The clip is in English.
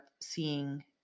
seeing